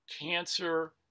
cancer